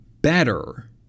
better